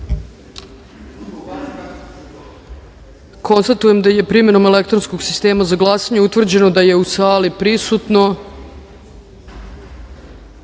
jedinice. Konstatujem da je primenom elektronskog sistema za glasanje, utvrđeno da je u sali prisutno